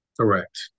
Correct